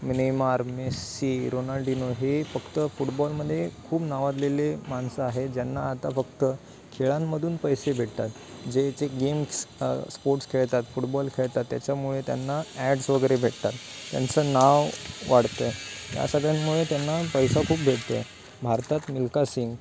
Neymar Messi Ronaldinho हे फक्त फुटबॉलमध्ये खूप नावजलेले माणसं आहे ज्यांना आता फक्त खेळांमधून पैसे भेटतात जे जे गेम्स स्पोर्ट्स खेळतात फुटबॉल खेळतात त्याच्यामुळे त्यांना ॲड्स वगैरे भेटतात त्यांचं नाव वाढत आहे या सगळ्यांमुळे त्यांना पैसा खूप भेटते आहे भारतात मिल्खा सिंग